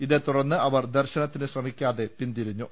ഇതെതുടർന്ന് അവർ ദർശനത്തിന് ശ്രമിക്കാതെ പിന്തിരിഞ്ഞു